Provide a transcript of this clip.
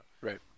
Right